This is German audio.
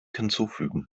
hinzufügen